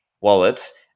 wallets